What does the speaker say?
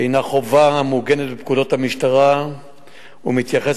הינה חובה המעוגנת בפקודות המשטרה ומתייחסת